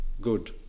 good